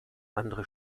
andere